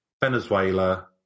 Venezuela